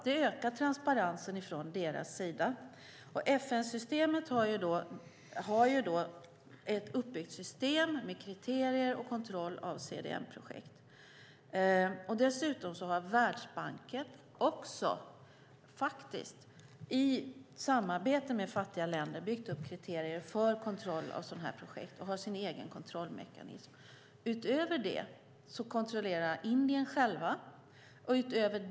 Det ökar transparensen från deras sida. FN-systemet är uppbyggt med kriterier och kontroll av CDM-projekt. Världsbanken har också i samarbete med fattiga länder byggt upp kriterier för kontroll av sådana här projekt och har sin egen kontrollmekanism. Utöver det kontrollerar Indien självt.